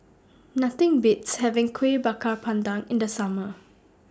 Nothing Beats having Kueh Bakar Pandan in The Summer